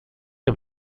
que